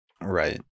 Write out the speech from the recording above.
Right